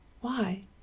Why